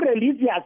religious